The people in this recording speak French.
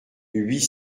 huit